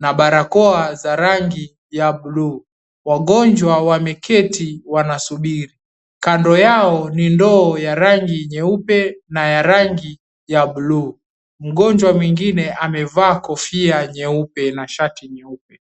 na barakoa za rangi ya buluu. Wagonjwa wameketi wanasubiri. Kando yao ni ndoo ya rangi nyeupe na ya rangi ya buluu. Mgonjwa mwingine amevaa barakoa nyeupe na shati nyeupe.